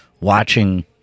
watching